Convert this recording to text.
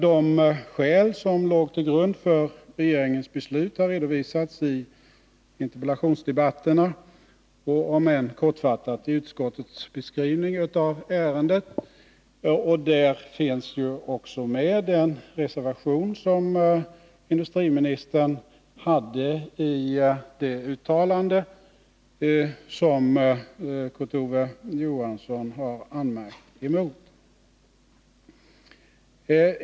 De skäl som låg till grund för regeringens beslut har redovisats i olika interpellationsdebatter och, om än kortfattat, i utskottets skrivning i ärendet. Där nämns också den reservation som industriministern berörde i det uttalande som Kurt Ove Johansson har anmärkt på.